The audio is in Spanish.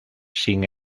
sin